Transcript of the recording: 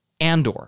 Andor